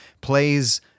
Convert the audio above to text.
plays